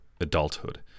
adulthood